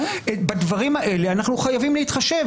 בדברים האלה אנחנו חייבים להתחשב.